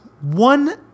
one